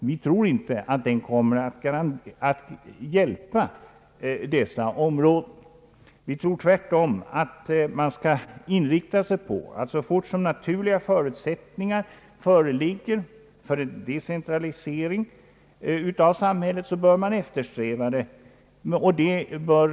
Vi tror inte att den kommer att hjälpa dessa områden, utan vi anser att så snart naturliga förutsättningar för decentralisering i samhället föreligger bör en sådan utveckling eftersträvas.